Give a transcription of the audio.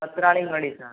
பத்து நாளைக்கு முன்னாடி சார்